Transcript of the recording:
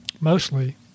mostly